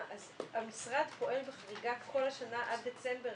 המשרד פועל בחריגה כל השנה עד דצמבר,